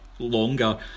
Longer